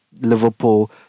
Liverpool